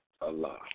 Allah